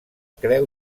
creu